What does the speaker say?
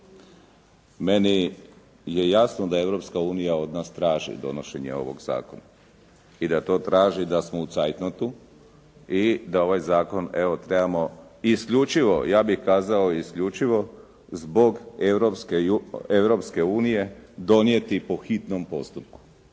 Meni je jasno da Europska unija od nas traži donošenje ovog zakona i da to traži, da smo u "zeitnotu" i da ovaj zakon evo trebamo isključivo, ja bih kazao isključivo zbog Europske unije donijeti po hitnom postupku.